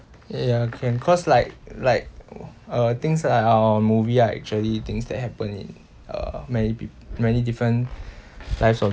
ya can cause like like uh things like a movie are actually things that happen in uh many pe~ many different lives of